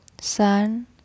sun